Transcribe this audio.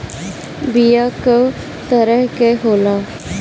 बीया कव तरह क होला?